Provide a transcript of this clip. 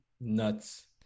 Nuts